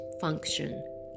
function